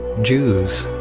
jews,